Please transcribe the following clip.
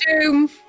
doom